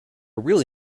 really